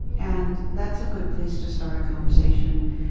and that's a good place to start a conversation.